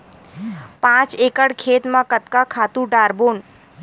पांच एकड़ खेत म कतका खातु डारबोन?